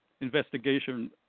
investigation